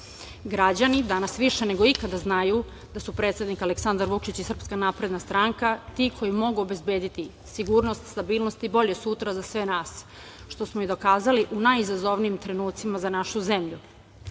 Građani danas više nego ikada znaju da su predsednik Aleksandar Vučić i SNS ti koji mogu obezbediti sigurnost, stabilnost i bolje sutra za sve nas, što smo i dokazali u najizazovnijim trenucima za našu zemlju. Zato